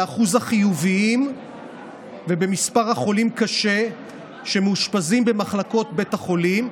בשיעור החיוביים ובמספר החולים קשה שמאושפזים במחלקות בתי החולים.